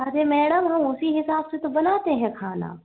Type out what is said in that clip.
हाँ जी मैडम हम उसी हिसाब से तो बनाते हैं खाना